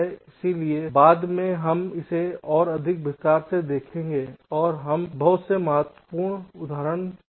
इसलिए बाद में हम इसे और अधिक विस्तार से देखेंगे और हम बहुत से उदाहरणों पर काम करेंगे